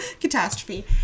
catastrophe